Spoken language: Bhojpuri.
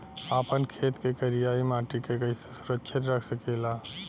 आपन खेत के करियाई माटी के कइसे सुरक्षित रख सकी ला?